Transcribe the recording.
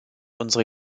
unsere